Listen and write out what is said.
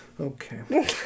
Okay